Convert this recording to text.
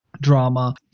drama